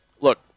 look